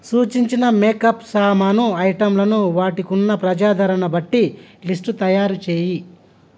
సూచించిన మేకప్ సామాను ఐటంలను వాటికున్న ప్రజాదరణ బట్టి లిస్టు తయారు చేయి